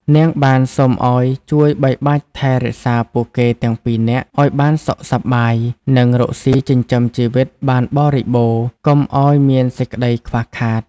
នាងបានសូមឲ្យជួយបីបាច់ថែរក្សាពួកគេទាំងពីរនាក់ឲ្យបានសុខសប្បាយ និងរកស៊ីចិញ្ចឹមជីវិតបានបរិបូណ៌ កុំឲ្យមានសេចក្ដីខ្វះខាត។